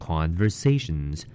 Conversations